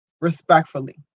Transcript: respectfully